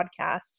podcasts